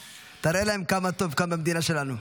תראה להם כמה טוב כאן במדינה שלנו.